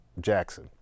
Jackson